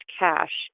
cash